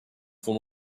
from